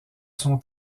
son